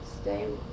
stay